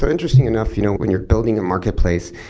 ah interesting enough you know when you're building a marketplace,